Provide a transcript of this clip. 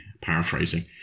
paraphrasing